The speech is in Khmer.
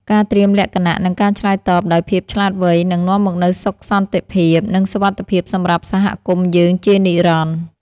ការត្រៀមលក្ខណៈ និងការឆ្លើយតបដោយភាពឆ្លាតវៃនឹងនាំមកនូវសុខសន្តិភាព និងសុវត្ថិភាពសម្រាប់សហគមន៍យើងជានិរន្តរ៍។